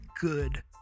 good